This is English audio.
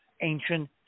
ancient